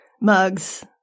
mugs